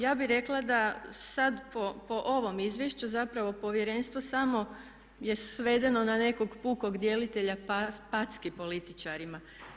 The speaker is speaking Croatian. Ja bih rekla da sad po ovom izvješću zapravo Povjerenstvo samo je svedeno na nekog pukog djelitelja packi političarima.